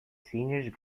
seniors